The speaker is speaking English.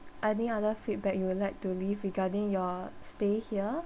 any other feedback you would like to leave regarding your stay here